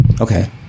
Okay